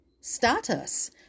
status